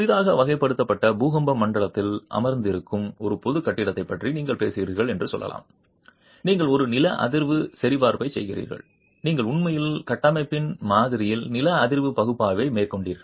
புதிதாக வகைப்படுத்தப்பட்ட பூகம்ப மண்டலத்தில் அமர்ந்திருக்கும் ஒரு பொது கட்டிடத்தைப் பற்றி நீங்கள் பேசுகிறீர்கள் என்று சொல்லலாம் நீங்கள் ஒரு நில அதிர்வு சரிபார்ப்பைச் செய்கிறீர்கள் நீங்கள் உண்மையில் கட்டமைப்பின் மாதிரியில் நில அதிர்வு பகுப்பாய்வை மேற்கொண்டீர்கள்